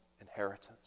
inheritance